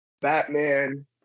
Batman